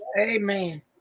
Amen